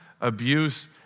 abuse